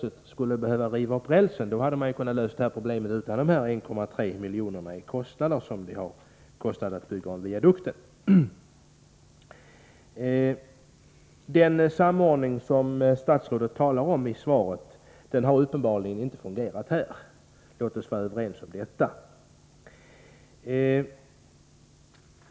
I så fall hade ju problemet kunnat lösas utan de 1,3 miljoner som det kostade att bygga om viadukten. Den samordning som statsrådet talar om i svaret har uppenbarligen inte fungerat här — låt oss vara överens om detta. Naturligtvis är det alltid politikerna som får stryk när sådant inträffar.